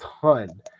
ton